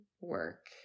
work